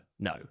no